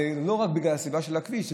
זה לא רק מהסיבה של הכביש,